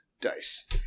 dice